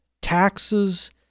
taxes